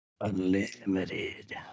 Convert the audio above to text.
Unlimited